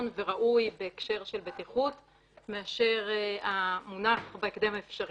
וראוי בהקשר של בטיחות מאשר המונח בהקדם האפשרי.